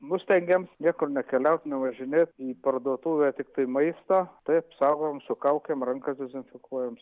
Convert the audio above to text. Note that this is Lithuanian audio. nu stengiams niekur nekeliaut nevažinėt į parduotuvę tiktai maisto taip saugom su kaukėm rankas dezinfekuojam